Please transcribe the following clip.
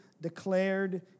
declared